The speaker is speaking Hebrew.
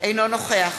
אינו נוכח